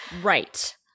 Right